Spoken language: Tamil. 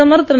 பிரதமர் திரு